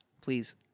Please